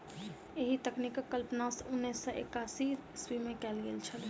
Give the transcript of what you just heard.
एहि तकनीकक कल्पना उन्नैस सौ एकासी ईस्वीमे कयल गेल छलै